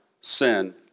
sin